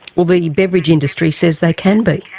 well, the beverage industry says they can be.